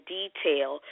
detail